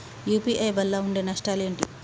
UPI వల్ల ఉండే నష్టాలు ఏంటి??